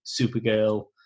Supergirl